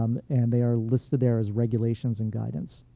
um and they are listed there as regulations and guidance.